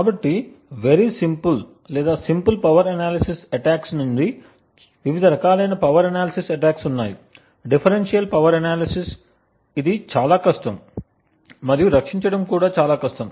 కాబట్టి very simple లేదా simple power analysis నుండి వివిధ రకాలైన పవర్ అనాలిసిస్ అటాక్స్ ఉన్నాయి డిఫరెన్షియల్ పవర్ అనాలిసిస్ ఇది చాలా కష్టం మరియు రక్షించడం కూడా చాలా కష్టం